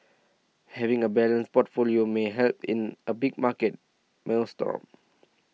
having a balanced portfolio may help in a big market maelstrom